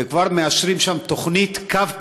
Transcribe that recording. וכבר מאשרים שם תוכנית קו כחול,